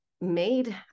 made